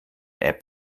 app